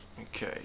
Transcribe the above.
Okay